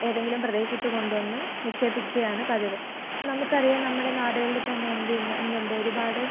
ഏതെങ്കിലും പ്രദേശത്ത് കൊണ്ടുവന്ന് നിക്ഷേപിക്കുകയാണ് പതിവ് നമുക്കറിയാം നമ്മുടെ നാടുകളിൽ തന്നെ എന്തെയ്യു എന്തുണ്ട് ഒരുപാട്